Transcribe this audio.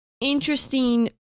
interesting